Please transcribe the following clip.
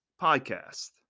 podcast